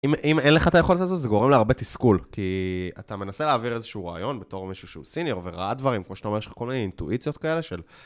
אם אין לך את היכולת הזאת, זה גורם להרבה תסכול, כי אתה מנסה להעביר איזשהו רעיון בתור מישהו שהוא סיניור וראה דברים, כמו שאתה אומר, יש לך כל מיני אינטואיציות כאלה של...